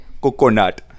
Coconut